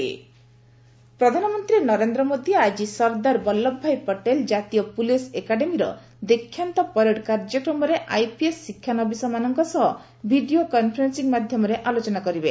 PM IPS probationers ପ୍ରଧାନମନ୍ତ୍ରୀ ନରେନ୍ଦ୍ର ମୋଦି ଆକି Sardar Vallabhbhai Patel ଜାତୀୟ ପୁଲିସ୍ ଏକାଡେମୀର ଦୀକ୍ଷାନ୍ତ ପରେଡ୍ କାର୍ଯ୍ୟକ୍ରମରେ ଆଇପିଏସ୍ ଶିକ୍ଷାନବିସମାନଙ୍କ ସହ ଭିଡ଼ିଓ କନ୍ଫରେନ୍ସିଂ ମାଧ୍ୟମରେ ଆଲୋଚନା କରିବେ